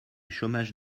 chômage